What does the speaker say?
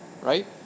right